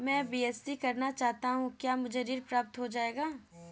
मैं बीएससी करना चाहता हूँ क्या मुझे ऋण प्राप्त हो जाएगा?